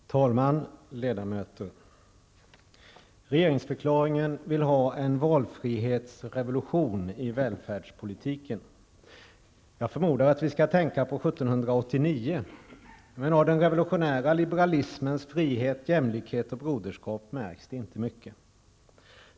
Herr talman, ledamöter! I regeringsförklaringen vill man ha en valfrihetsrevolution i välfärdspolitiken. Jag förmodar att vi skall tänka på 1789. Men av den revolutionära liberalismens frihet, jämlikhet och broderskap märks det inte mycket.